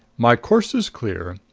my course is clear.